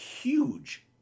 huge